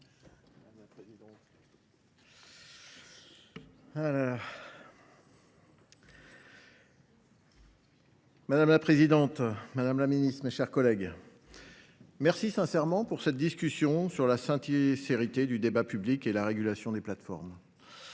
Madame la présidente, madame la ministre déléguée, mes chers collègues, je vous remercie sincèrement de cette discussion sur la sincérité du débat public et la régulation des plateformes.